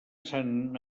sant